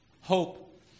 Hope